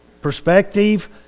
perspective